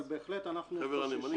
אבל בהחלט אנחנו חוששים